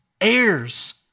heirs